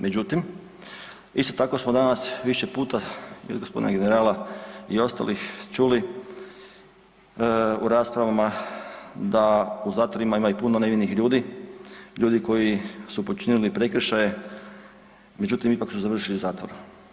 Međutim, isto tako smo danas više i od gospodina generala i ostalih čuli u rasprava da u zatvorima ima i puno nevinih ljudi, ljudi koji su počinili prekršaje međutim ipak su završili u zatvoru.